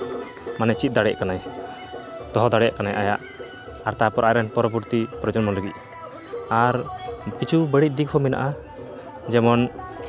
ᱢᱟᱱᱮ ᱪᱮᱫ ᱫᱟᱲᱮᱭᱟᱜ ᱠᱟᱱᱟᱭ ᱫᱚᱦᱚ ᱫᱟᱲᱮᱭᱟᱜ ᱠᱟᱱᱟᱭ ᱟᱭᱟᱜ ᱛᱟᱨᱯᱚᱨ ᱟᱡᱨᱮᱱ ᱯᱚᱨᱚᱵᱚᱨᱛᱤ ᱯᱨᱚᱡᱚᱱᱢᱚ ᱞᱟᱹᱜᱤᱫ ᱟᱨ ᱠᱤᱪᱷᱩ ᱵᱟᱹᱲᱤᱡ ᱫᱤᱠ ᱦᱚᱸ ᱢᱮᱱᱟᱜᱼᱟ ᱡᱮ